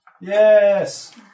Yes